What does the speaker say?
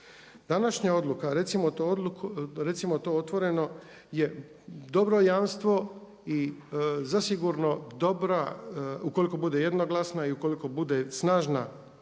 Današnja odluka recimo to otvoreno je dobro jamstvo i zasigurno dobra, ukoliko bude jednoglasna i ukoliko bude snažna